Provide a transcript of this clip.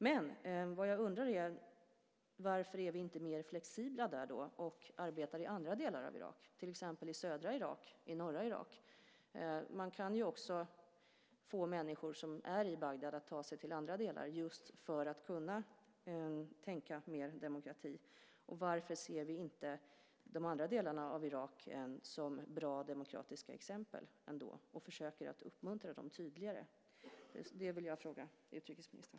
Det jag undrar är: Varför är vi då inte mer flexibla där och arbetar i andra delar av Irak, till exempel i södra Irak och norra Irak? Man kan ju också få människor som är i Bagdad att ta sig till andra delar, just för att kunna tänka mer demokrati. Varför ser vi inte de andra delarna av Irak som bra demokratiska exempel ändå och försöker uppmuntra dem tydligare? Det vill jag fråga utrikesministern.